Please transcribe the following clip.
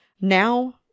Now